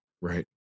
Right